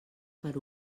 per